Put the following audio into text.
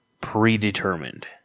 predetermined